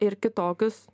ir kitokius